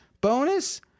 bonus